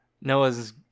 Noah's